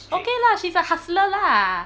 okay lah she's a hustler lah